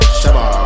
shabba